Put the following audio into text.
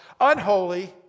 unholy